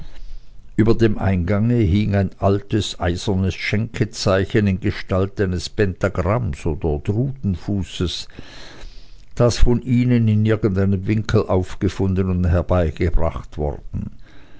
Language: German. über dem eingange hing ein altes eisernes schenkezeichen in gestalt eines pentagramms oder drudenfußes das von ihnen in irgendeinem winkel aufgefunden und herbeigebracht worden